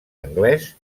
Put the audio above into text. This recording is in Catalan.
anglès